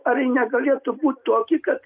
ar negalėtų būti tokia kad